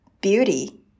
Beauty